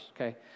okay